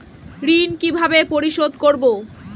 ঋণ কিভাবে পরিশোধ করব?